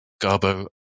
Garbo